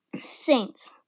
Saints